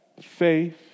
faith